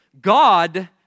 God